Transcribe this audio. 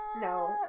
No